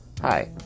Hi